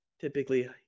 typically